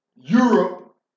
Europe